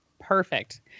Perfect